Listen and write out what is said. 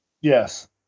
Yes